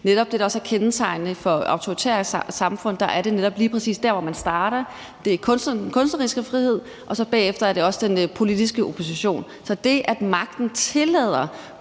netop det, der også er kendetegnende for autoritære samfund, er, at det netop er lige præcis der, hvor man starter: Det er med den kunstneriske frihed, og bagefter er det også den politiske opposition. Så det, at magten tillader